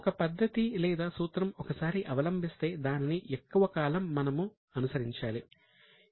ఒక పద్ధతి లేదా సూత్రం ఒకసారి అవలంబిస్తే దానిని ఎక్కువ కాలం మనము అనుసరించాలి